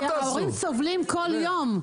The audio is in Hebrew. ההורים סובלים כל יום.